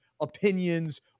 opinions